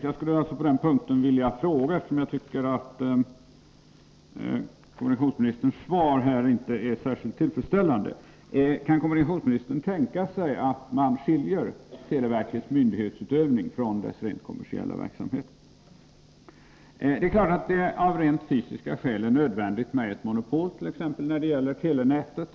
Jag tycker inte att kommunikationsministerns svar är särskilt tillfredsställande på denna punkt, och jag skulle därför vilja ställa frågan: Kan kommunikationsministern tänka sig att man skiljer televerkets myndighetsutövning från dess rent kommersiella verksamhet? Det är klart att det av rent fysiska skäl i vissa fall är nödvändigt med ett monopol, t.ex. när det gäller telenätet.